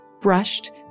brushed